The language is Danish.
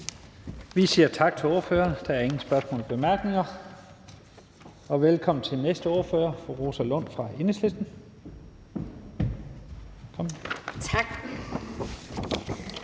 Vi siger tak til ordføreren. Der er ingen korte bemærkninger. Velkommen til den næste ordfører, fru Rosa Lund fra Enhedslisten.